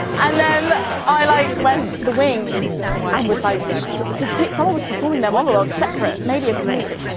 and then i like, went to the wings and was like cause someone was performing their monologue separate, maybe a comedic one.